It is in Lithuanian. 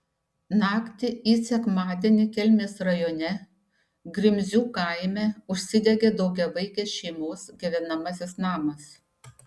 naktį į sekmadienį kelmės rajone grimzių kaime užsidegė daugiavaikės šeimos gyvenamasis namas